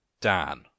Dan